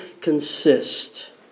consist